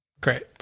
Great